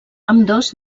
ambdós